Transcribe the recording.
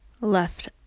left